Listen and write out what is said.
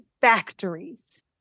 factories